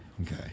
Okay